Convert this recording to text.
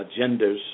agendas